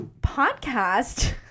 podcast